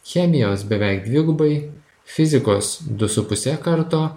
chemijos beveik dvigubai fizikos du su puse karto